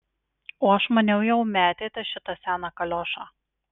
o aš maniau jau metėte šitą seną kaliošą